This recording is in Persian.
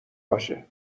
باشه